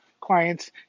clients